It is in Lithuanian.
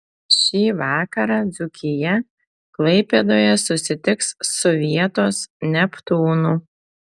šį vakarą dzūkija klaipėdoje susitiks su vietos neptūnu